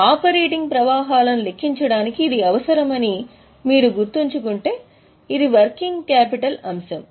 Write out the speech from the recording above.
మా ఆపరేటింగ్ ప్రవాహాలను లెక్కించడానికి ఇది అవసరమని మీరు గుర్తుంచుకుంటే ఇది వర్కింగ్ క్యాపిటల్ అంశం